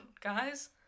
guys